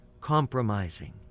compromising